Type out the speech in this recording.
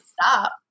stop